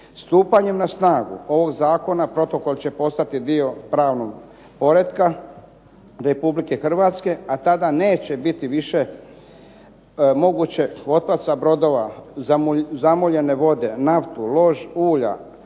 Stupanjem na snagu ovog zakona protokol će postati dio pravnog poretka Republike Hrvatske a tada neće biti više moguće otpad sa brodova zamuljene vode, naftu, lož ulja,